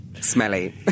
smelly